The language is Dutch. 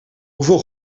hoeveel